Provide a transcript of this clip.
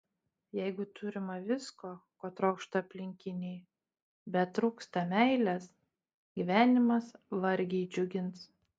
jeigu turima visko ko trokšta aplinkiniai bet trūksta meilės gyvenimas vargiai džiugins